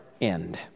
end